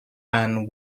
anne